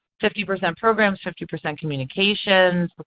fifty percent programs, fifty percent communications,